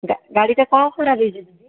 ଗାଡ଼ିଟା କଣ ଖରାପ ହେଇଛି ଦିଦି